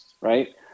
right